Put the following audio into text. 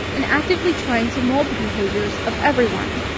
and actively trying to mold the behaviors of everyone.